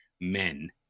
Men